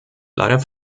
leider